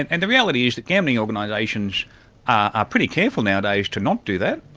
and and the reality is, that gambling organisations are pretty careful nowadays to not do that.